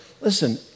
listen